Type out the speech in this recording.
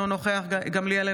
אינו נוכח גילה גמליאל,